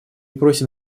просим